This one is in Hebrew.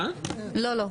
בסדר,